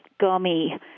gummy